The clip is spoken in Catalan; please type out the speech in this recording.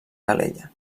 calella